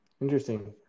Interesting